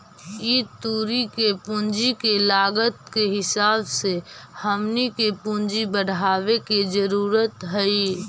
ई तुरी के पूंजी के लागत के हिसाब से हमनी के पूंजी बढ़ाबे के जरूरत हई